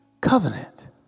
Covenant